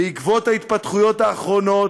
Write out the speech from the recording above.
בעקבות ההתפתחויות האחרונות,